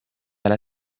alla